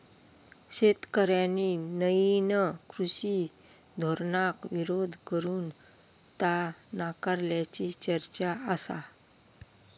शेतकऱ्यांनी नईन कृषी धोरणाक विरोध करून ता नाकारल्याची चर्चा आसा